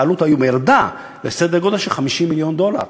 העלות היום ירדה לסדר גודל של 50 מיליון דולר,